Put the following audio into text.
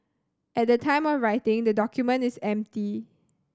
at the time of writing the document is empty